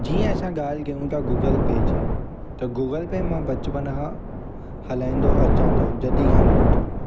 जीअं असां ॻाल्हि कयूं था गूगल पे जी त गूगल पे मां बचपन खां हलाईंदो अचा थो जॾहिं खां निकितो आहे